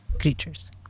creatures